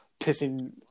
pissing